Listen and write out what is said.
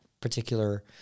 particular